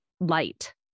light